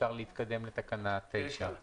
ואפשר להתקדם לתקנה 9. אני קוראת: